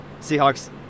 Seahawks